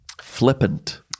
Flippant